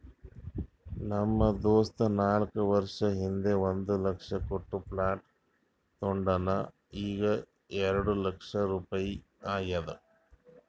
ನಮ್ ದೋಸ್ತ ನಾಕ್ ವರ್ಷ ಹಿಂದ್ ಒಂದ್ ಲಕ್ಷ ಕೊಟ್ಟ ಪ್ಲಾಟ್ ತೊಂಡಾನ ಈಗ್ಎರೆಡ್ ಲಕ್ಷ ರುಪಾಯಿ ಆಗ್ಯಾದ್